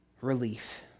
relief